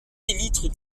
élytres